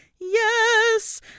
Yes